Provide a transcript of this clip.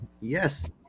Yes